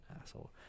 asshole